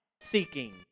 seeking